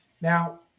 Now